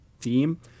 theme